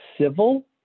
civil